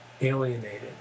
alienated